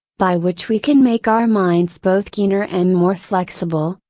by which we can make our minds both keener and more flexible,